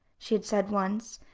she had said once,